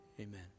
Amen